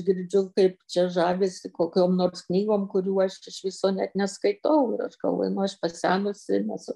girdžiu kaip čia žavisi kokiom nors knygom kurių aš iš viso net neskaitau ir aš galvoju nu aš pasenusi nes